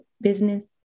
business